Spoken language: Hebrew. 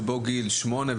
שבו גיל שמונה,